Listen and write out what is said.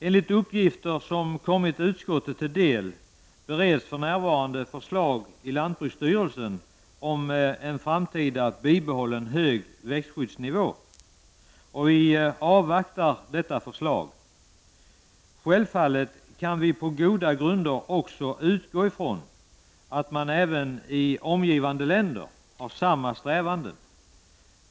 Enligt uppgifter som kommit utskottet till del bereds för närvarande förslag i lantbruksstyrelsen om framtida bibehållen hög växtskyddsnivå. Vi avvaktar detta förslag. Självfallet kan vi på goda grunder utgå från att man även i omgivande länder har samma strävanden.